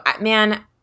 Man